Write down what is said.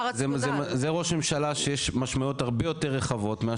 ראש הממשלה שיש משמעויות הרבה יותר רחבות.